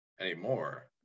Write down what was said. anymore